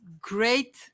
great